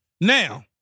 Now